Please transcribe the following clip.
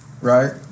right